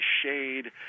shade